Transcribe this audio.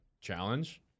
challenge